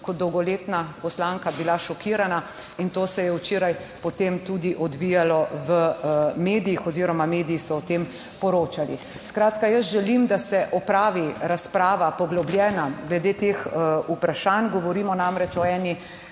kot dolgoletna poslanka bila šokirana. In to se je včeraj potem tudi odvijalo v medijih oziroma mediji so o tem poročali. Skratka, jaz želim, da se opravi razprava, poglobljena glede teh vprašanj. Govorimo namreč o eni